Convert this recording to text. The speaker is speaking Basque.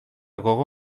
gogo